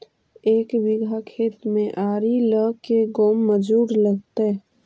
एक बिघा खेत में आरि ल के गो मजुर लगतै?